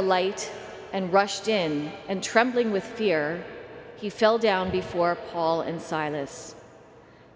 light and rushed in and trembling with fear he fell down before paul and silas